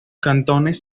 cantones